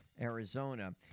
Arizona